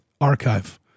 archive